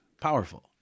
powerful